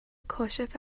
کاشف